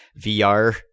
VR